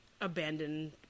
abandoned